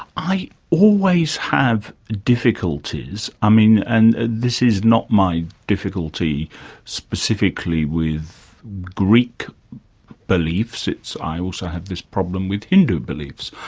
i always have difficulties, i mean, and this is not my difficulty specifically with greek beliefs, it's i also have this problem with hindu beliefs,